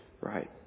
right